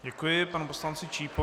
Děkuji panu poslanci Čípovi.